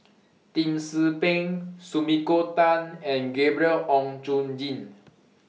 Lim Tze Peng Sumiko Tan and Gabriel Oon Chong Jin